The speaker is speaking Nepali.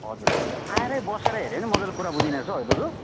हजुर हजुर आएरै बसेर हेऱ्यो भने मजाले कुरा बुझिने रहछ हो है दजु